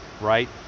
right